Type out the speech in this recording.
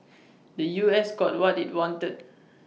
the U S got what IT wanted